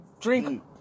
drink